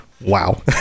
Wow